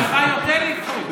לך יותר ייקחו.